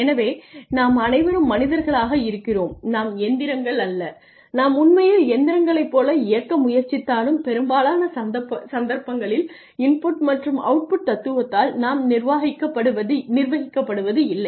எனவே நாம் அனைவரும் மனிதர்களாக இருக்கிறோம் நாம் எந்திரங்கள் அல்ல நாம் உண்மையில் இயந்திரங்களைப் போல இருக்க முயற்சித்தாலும் பெரும்பாலான சந்தர்ப்பங்களில் இன்புட் மற்றும் அவுட்பூட் தத்துவத்தால் நாம் நிர்வகிக்கப்படுவதில்லை